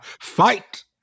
Fight